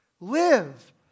Live